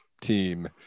team